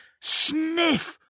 sniff